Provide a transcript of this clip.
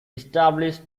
established